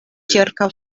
ĉirkaŭ